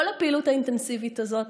כל הפעילות האינטנסיבית הזאת,